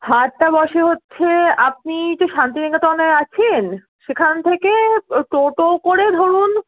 হাটটা বসে হচ্ছে আপনি তো শান্তিনিকেতনে আছেন সেখান থেকে টোটো করে ধরুন